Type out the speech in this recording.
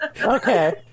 Okay